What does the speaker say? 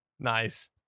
Nice